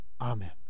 Amen